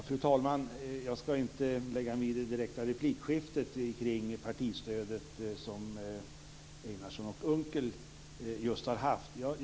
Fru talman! Jag skall inte lägga mig i det direkta replikskifte kring partistödet som Einarsson och Unckel just har haft.